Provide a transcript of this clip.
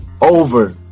Over